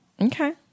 Okay